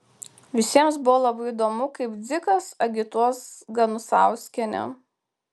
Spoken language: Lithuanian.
visiems buvo labai įdomu kaip dzikas agituos ganusauskienę